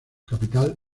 capital